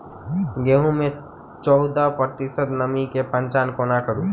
गेंहूँ मे चौदह प्रतिशत नमी केँ पहचान कोना करू?